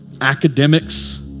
academics